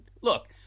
look